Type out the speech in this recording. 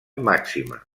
màxima